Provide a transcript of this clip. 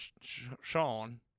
Sean